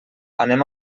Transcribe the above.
anem